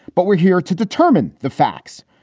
but we're here to determine the facts.